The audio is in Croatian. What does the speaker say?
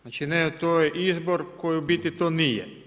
Znači to je izbor koji u biti to nije.